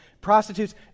prostitutes